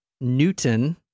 Newton